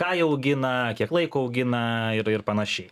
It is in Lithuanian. ką jie augina kiek laiko augina ir ir panašiai